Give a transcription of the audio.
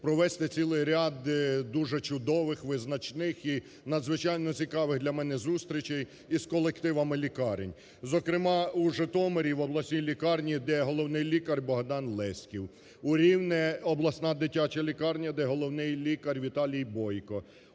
провести цілий ряд дуже чудових, визначних і надзвичайно цікавих для мене зустрічей із колективами лікарень, зокрема, у Житомирі в обласній лікарні, де головний лікар Богдан Леськів, у Рівне Обласна дитяча лікарня, де головний лікар Віталій Бойко,